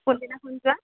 কোনদিনাখন যোৱা